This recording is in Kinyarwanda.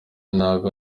intango